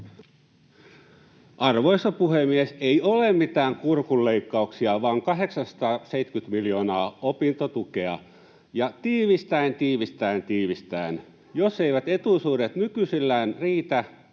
Arvoisa puhemies! Ei ole mitään kurkunleikkauksia vaan 870 miljoonaa opintotukea. Tiivistäen, tiivistäen, tiivistäen: jos eivät etuisuudet nykyisellään riitä,